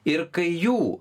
ir kai jų